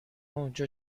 اونجا